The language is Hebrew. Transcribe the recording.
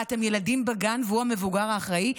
מה, אתם ילדים בגן והוא המבוגר האחראי?